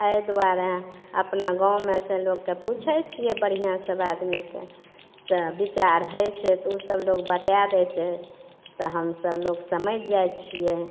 एहि दुआरे अपना गाँवमे से लोकके पूछै छियै बढ़िऑं सऽ सब आदमीके तऽ बिचार होइ छै तऽ ओसब लोग बता दै छै तऽ हमसब लोग समैझ जाइ छियै